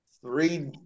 three